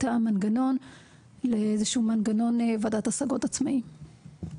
המנגנון לאיזשהו מנגנון ועדת השגות עצמאי.